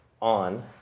on